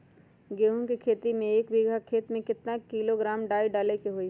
गेहूं के खेती में एक बीघा खेत में केतना किलोग्राम डाई डाले के होई?